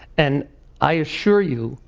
and i assure you,